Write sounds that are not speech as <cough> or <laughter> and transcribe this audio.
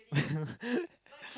<laughs>